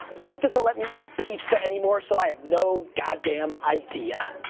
mike doesn't let me eat pizza anymore, so i have no goddamn idea.